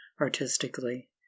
artistically